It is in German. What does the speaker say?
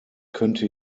könnte